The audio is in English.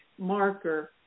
marker